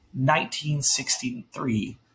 1963